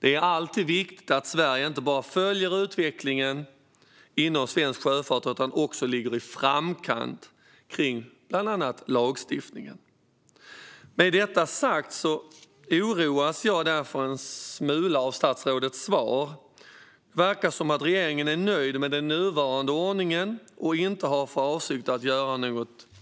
Det är alltid viktigt att Sverige inte bara följer utvecklingen inom svensk sjöfart utan också ligger i framkant i fråga om bland annat lagstiftning. Med detta sagt oroas jag därför en smula av statsrådets svar. Det verkar som att regeringen är nöjd med den nuvarande ordningen och inte har för avsikt att göra